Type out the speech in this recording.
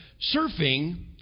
Surfing